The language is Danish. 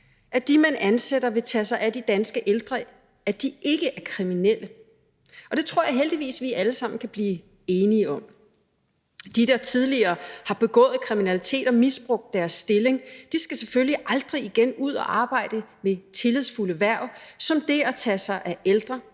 at dem, man ansætter til at tage sig af de danske ældre, ikke er kriminelle, og det tror jeg heldigvis vi alle sammen kan blive enige om. De, der tidligere har begået kriminalitet og misbrugt deres stilling, skal selvfølgelig aldrig igen ud at arbejde med tillidsfulde hverv som det at tage sig af ældre